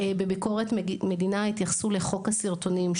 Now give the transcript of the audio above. בביקורת המדינה התייחסו לחוק הסרטונים,